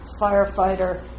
firefighter